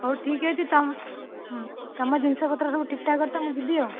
ହେଉ ଠିକ ଅଛି ତୁମ ଜିନିଷପତ୍ର ସବୁ ଠିକ ଠାକ କରିଥାଅ ମୁଁ ଯିବି ଆଉ